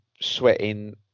sweating